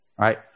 right